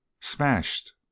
Smashed